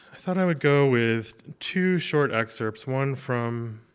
thought i would go with two short excerpts. one from